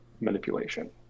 manipulation